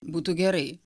būtų gerai